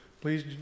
please